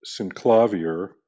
Synclavier